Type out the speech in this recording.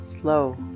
Slow